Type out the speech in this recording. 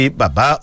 baba